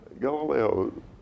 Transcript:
Galileo